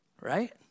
right